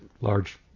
large